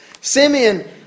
Simeon